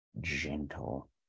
gentle